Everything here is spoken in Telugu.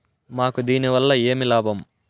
మాకు దీనివల్ల ఏమి లాభం